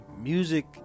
music